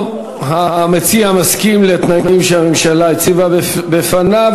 טוב, המציע מסכים לתנאים שהממשלה הציבה בפניו.